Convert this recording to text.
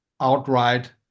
outright